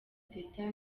teta